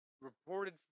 reported